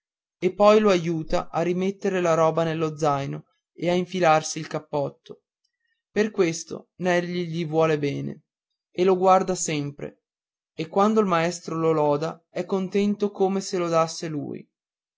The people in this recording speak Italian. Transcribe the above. e poi l'aiuta a rimetter la roba nello zaino e a infilarsi il cappotto per questo nelli gli vuol bene e lo guarda sempre e quando il maestro lo loda è contento come se lodasse lui